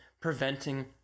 preventing